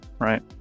Right